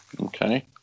Okay